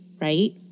right